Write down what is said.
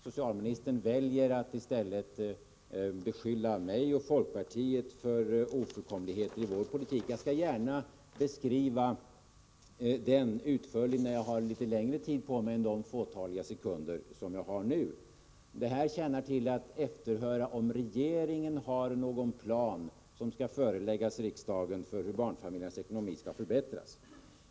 Socialministern väljer att i stället beskylla mig och folkpartiet för ofullkomligheter i vår politik. Jag skall gärna beskriva den utförligt när jag har litet längre tid på mig än det fåtal sekunder jag nu har. Min fråga nu tjänar till att efterhöra om regeringen har någon plan — som skall föreläggas riksdagen — för hur barnfamiljernas ekonomi skall förbättras.